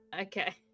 Okay